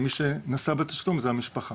מי שנשא בתשלום היא המשפחה.